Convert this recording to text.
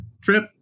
trip